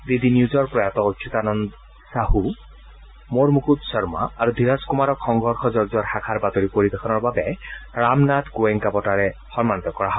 D D নিউজৰ প্ৰয়াত অচ্যতানন্দ চাহু মোৰমুকুত শৰ্মা আৰু ধীৰজ কুমাৰক সংঘৰ্ষজৰ শাখাৰ বাতৰি পৰিৱেশনৰ বাবে ৰামনাথ গোৱেংকা বঁটাৰে সন্মনিত কৰা হয়